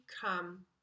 come